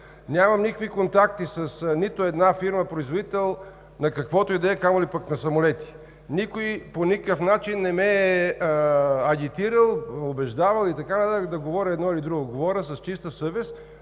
Нямам никакви контакти с нито една фирма производител на каквото и да е, камо ли пък на самолети. Никой по никакъв начин не ме е агитирал, убеждавал и така нататък да говоря едно или друго. Говоря с чиста съвест,